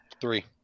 Three